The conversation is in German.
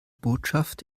botschaft